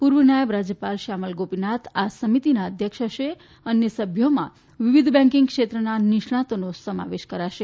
પૂર્વ નાયબ રાજ્યપાલ શ્યામલ ગોપીનાથ આ સમિતિના અધ્યક્ષ હશે અન્ય સભ્યોમાં વિવિધ બેકિંગ ક્ષેત્રના નિષ્ણાતોનો સમાવેશ કરાશે